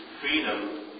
freedom